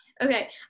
Okay